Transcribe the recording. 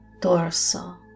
torso